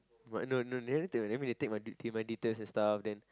but no no they never take my maybe they take my take my details and stuff then